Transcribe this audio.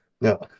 No